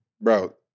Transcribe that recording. Bro